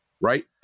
Right